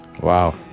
Wow